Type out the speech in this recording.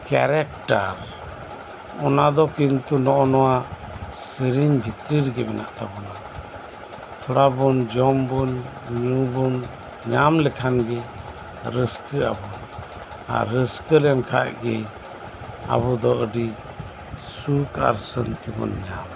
character ᱚᱱᱟᱫᱚ ᱠᱤᱱᱛᱩ ᱱᱚᱜ ᱱᱚᱣᱟ ᱥᱤᱨᱤᱧ ᱵᱷᱤᱛᱨᱤ ᱨᱮᱜᱮ ᱢᱮᱱᱟᱜ ᱛᱟᱵᱚᱱᱟ ᱛᱷᱚᱲᱟ ᱵᱚᱱ ᱡᱚᱢ ᱵᱚᱱ ᱧᱩ ᱵᱚᱱ ᱧᱟᱢ ᱞᱮᱠᱷᱟᱱ ᱜᱮ ᱨᱟᱹᱥᱠᱟᱹ ᱟᱵᱚᱱ ᱟᱨ ᱨᱟᱹᱥᱠᱟᱹ ᱞᱮᱱ ᱠᱷᱟᱡᱜᱮ ᱟᱵᱚ ᱫᱚ ᱟᱹᱰᱤ ᱥᱩᱠ ᱟᱨ ᱥᱟᱱᱛᱤ ᱵᱚᱱ ᱧᱟᱢᱟ